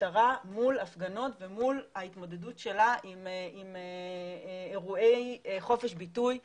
המשטרה מול הפגנות ומול ההתמודדות שלה עם אירועי חופש ביטוי אזרחי.